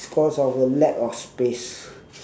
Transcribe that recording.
it's cause of a lack of space